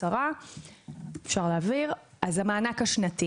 המענק השנתי